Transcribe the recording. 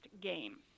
game